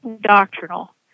doctrinal